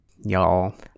Y'all